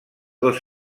dos